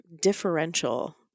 differential